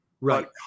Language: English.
Right